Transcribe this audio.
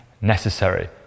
necessary